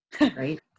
right